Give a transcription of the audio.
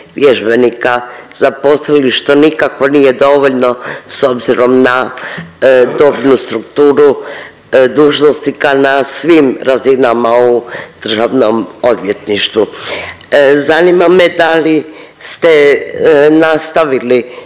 vježbenika zaposlili što nikako nije dovoljno s obzirom na dobnu strukturu dužnosnika na svim razinama u državnom odvjetništvu. Zanima me da li ste nastavili